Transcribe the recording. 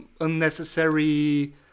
unnecessary